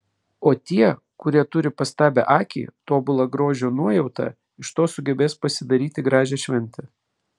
o tie kurie turi pastabią akį tobulą grožio nuojautą iš to sugebės pasidaryti gražią šventę